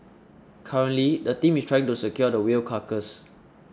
currently the team is trying to secure the whale carcass